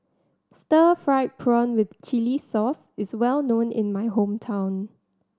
stir fried prawn with chili sauce is well known in my hometown